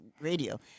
radio